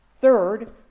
Third